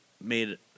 made